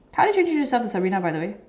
how did you knew Sabrina by the way